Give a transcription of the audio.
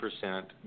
percent